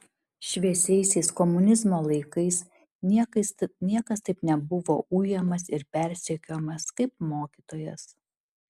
šviesiaisiais komunizmo laikais niekas taip nebuvo ujamas ir persekiojamas kaip mokytojas